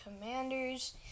Commanders